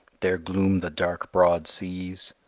there gloom the dark broad seas.